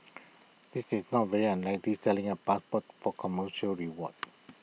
this is not very unlikely selling A passport for commercial reward